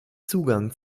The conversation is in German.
zugang